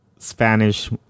Spanish